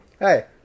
Hey